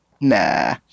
Nah